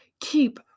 keep